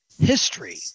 history